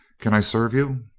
can i serve you?